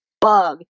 bug